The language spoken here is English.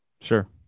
Sure